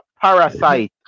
parasite